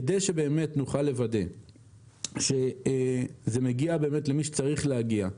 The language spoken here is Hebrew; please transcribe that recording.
כדי שנוכל לוודא שזה מגיע באמת למי שצריך להגיע,